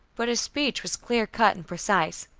but his speech was clear-cut and precise.